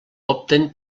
opten